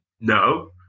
No